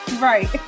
Right